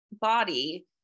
body